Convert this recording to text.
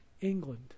England